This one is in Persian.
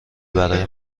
برای